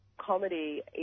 comedy